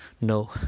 No